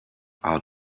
out